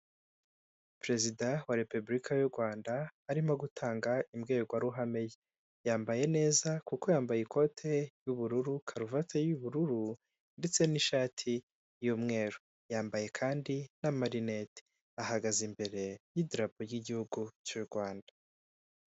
Perezida wa repubulika y'u Rwanda arimo gutanga imbwirwaruhame ye, yambaye neza kuko yambaye ikote ry'ubururu karuvati y'ubururu ndetse n'ishati y'umweru, yambaye kandi n'amarinete, ahagaze imbere y'idarapo ry'igihugu cy'u Rwanda.